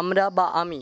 আমরা বা আমি